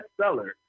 bestseller